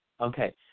Okay